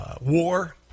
war